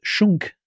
Schunk